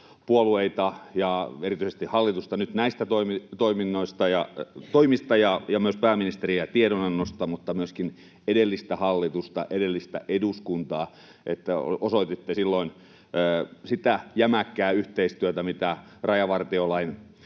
puolueita ja erityisesti hallitusta nyt näistä toimista ja myös pääministeriä tiedonannosta — mutta myöskin edellistä hallitusta ja edellistä eduskuntaa siitä, että osoititte silloin sitä jämäkkää yhteistyötä, mitä rajavartiolain